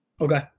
okay